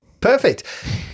Perfect